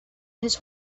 his